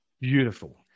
Beautiful